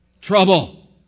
trouble